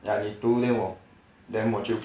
ya 你读 then 我 then 我就